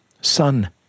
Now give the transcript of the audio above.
Son